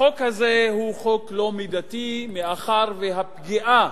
החוק הזה הוא חוק לא מידתי, מאחר שהפגיעה